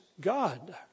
God